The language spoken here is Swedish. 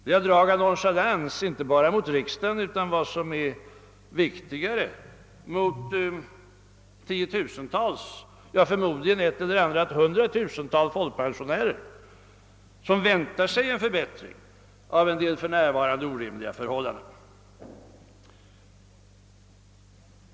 Det har drag av nonchalans inte bara mot riksdagen utan — och det är viktigare — även mot tiotusentals, ja, förmodligen ett eller annat hundratusental folkpensionärer, som väntar sig en förbättring när det gäller en del för närvarande orimliga förhållanden.